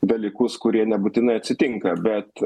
dalykus kurie nebūtinai atsitinka bet